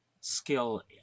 skill